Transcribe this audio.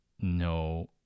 no